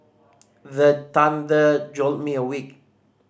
the thunder jolt me awake